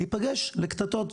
להיפגש לקטטות.